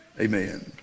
Amen